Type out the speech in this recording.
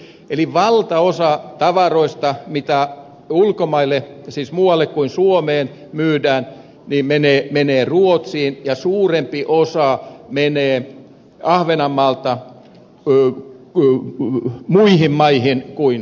eli valtaosa tavaroista mitä myydään ulkomaille siis muualle kuin suomeen menee ruotsiin ja suurempi osa menee ahvenanmaalta muihin maihin kuin suomeen